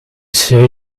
say